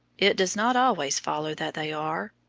it does not always follow that they are,